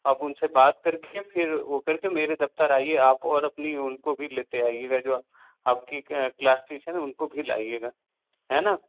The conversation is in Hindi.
आप उनसे बात करके फिर वह करके मेरे दफ़्तर आइए आप और अपनी उनको भी लेते आइएगा जो आपकी क्लास टीचर हैं उनको भी लाइएगा है न